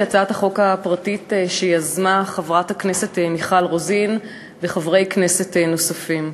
הצעת חוק פרטית שיזמו חברת הכנסת מיכל רוזין וחברי כנסת נוספים.